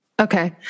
Okay